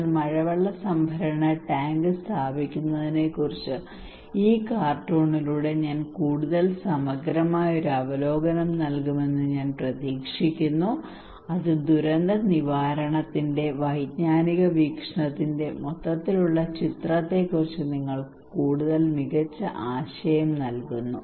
എന്നാൽ മഴവെള്ള സംഭരണ ടാങ്ക് സ്ഥാപിക്കുന്നതിനെക്കുറിച്ച് ഈ കാർട്ടൂണിലൂടെ ഞാൻ കൂടുതൽ സമഗ്രമായ ഒരു അവലോകനം നൽകുമെന്ന് ഞാൻ പ്രതീക്ഷിക്കുന്നു അത് ദുരന്ത നിവാരണത്തിന്റെ വൈജ്ഞാനിക വീക്ഷണത്തിന്റെ മൊത്തത്തിലുള്ള ചിത്രത്തെക്കുറിച്ച് നിങ്ങൾക്ക് കൂടുതൽ മികച്ച ആശയം നൽകുന്നു